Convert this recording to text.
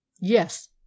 Yes